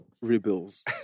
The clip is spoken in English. rebels